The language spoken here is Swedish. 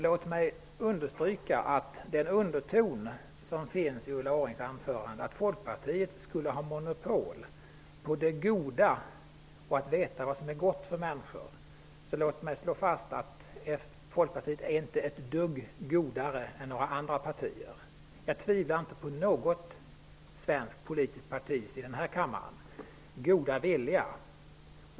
Låt mig understryka att trots den underton som finns i Ulla Orrings anförande, att Folkpartiet skulle ha monopol på det goda och på att veta vad som är gott för människor, är inte Folkpartiet ett dugg ''godare'' än några andra partier. Jag tvivlar inte på något svenskt politiskt partis -- när det gäller partier som finns representerade i den här kammaren -- goda vilja.